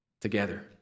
together